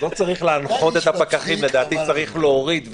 לא צריך להנחות את הפקחים, לדעתי צריך להוריד.